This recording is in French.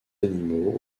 animaux